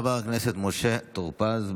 חבר הכנסת משה טור פז,